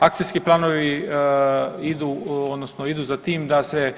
Akcijski planovi idu odnosno idu za tim da se